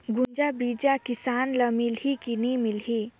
गुनजा बिजा किसान ल मिलही की नी मिलही?